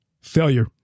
Failure